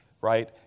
right